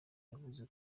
yavuze